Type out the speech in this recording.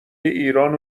ایران